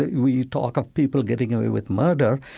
we talk of people getting away with murder.